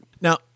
now